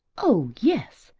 oh yes,